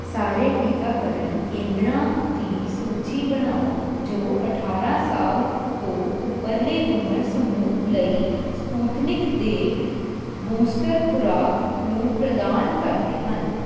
ਸਾਰੇ ਟੀਕਾਕਰਨ ਕੇਂਦਰਾਂ ਦੀ ਸੂਚੀ ਬਣਾਉ ਜੋ ਅਠਾਰਾਂ ਸਾਲ ਤੋਂ ਉਪਰਲੇ ਉਮਰ ਸਮੂਹ ਲਈ ਸਪੁਤਨਿਕ ਦੇ ਬੂਸਟਰ ਖੁਰਾਕ ਨੂੰ ਪ੍ਰਦਾਨ ਕਰਦੇ ਹਨ